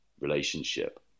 relationship